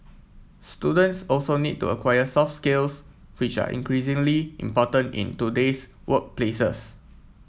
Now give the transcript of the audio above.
students also need to acquire soft skills which are increasingly important in today's workplaces